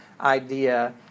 idea